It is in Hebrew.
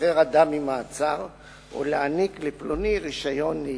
לשחרר אדם ממעצר או להעניק לפלוני רשיון נהיגה.